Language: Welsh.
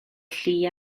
llu